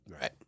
Right